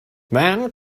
then